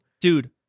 dude